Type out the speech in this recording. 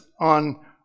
on